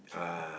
uh